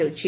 କରାଯାଉଛି